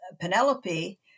Penelope